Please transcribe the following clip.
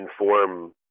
inform